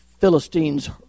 Philistines